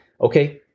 Okay